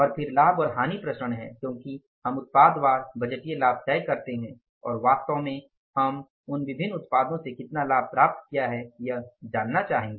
और फिर लाभ और हानि विचरण है क्योकि हम उत्पाद वार बजटिय लाभ तय करते हैं और वास्तव में उन विभिन्न उत्पादों से कितना लाभ प्राप्त किया है यह जानना होगा